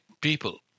people